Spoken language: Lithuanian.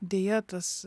deja tas